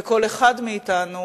וכל אחד מאתנו